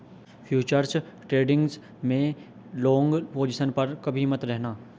futures trading में long position पर कभी मत रहना